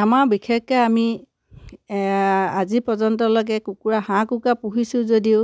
আমাৰ বিশেষকৈ আমি আজি পৰ্যন্তলৈকে কুকুৰা হাঁহ কুকুৰা পুহিছোঁ যদিও